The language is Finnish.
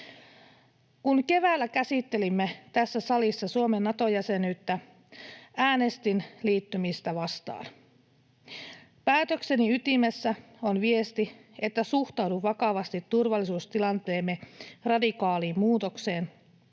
Kun keväällä käsittelimme tässä salissa Suomen Nato-jäsenyyttä, äänestin liittymistä vastaan. Päätökseni ytimessä on viesti, että suhtaudun vakavasti turvallisuustilanteemme radikaaliin muutokseen,